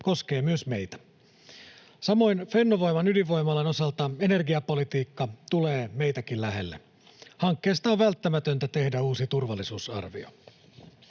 koskee myös meitä. Samoin Fennovoiman ydinvoimalan osalta energiapolitiikka tulee meitäkin lähelle. Hankkeesta on välttämätöntä tehdä uusi turvallisuusarvio.